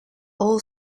all